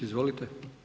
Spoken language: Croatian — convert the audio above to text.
Izvolite.